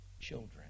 children